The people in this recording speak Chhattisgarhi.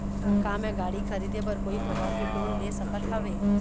का मैं गाड़ी खरीदे बर कोई प्रकार के लोन ले सकत हावे?